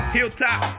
Hilltop